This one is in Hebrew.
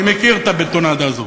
אני מכיר את הבטונדה הזאת.